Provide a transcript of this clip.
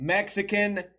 Mexican